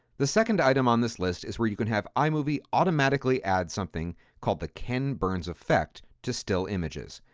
the second item on this list is where you can have imovie automatically add something called the ken burns effect to still images,